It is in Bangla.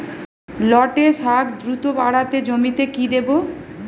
লটে শাখ দ্রুত বাড়াতে জমিতে কি দেবো?